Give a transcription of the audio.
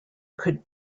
could